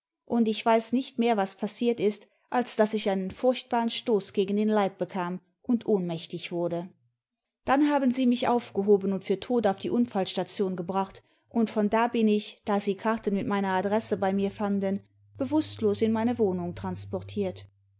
und ich weiß nicht mehr was passiert ist als daß ich einen furchtbaren stoß gegen den leib bekam und ohnmächtig wurde dann haben sie mich aufgehoben und für tot auf die unfallstation gebracht und von da bin ich da sie karten mit meiner adresse bei mir fanden bewußtlos in meine wohnung transportiert